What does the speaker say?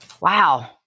Wow